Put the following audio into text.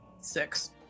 six